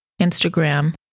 Instagram